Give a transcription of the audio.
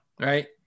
Right